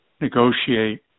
negotiate